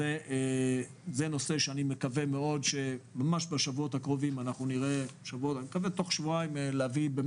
זה נושא שאני מקווה שממש בשבועות הקרובים נביא בו בשורה.